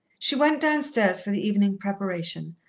she went downstairs for the evening preparation,